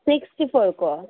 sixty फोरको